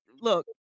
look